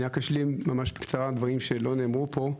אשלים בקצרה דברים שלא אמרו פה,